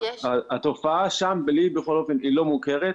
לי התופעה שם בכל אופן לא מוכרת.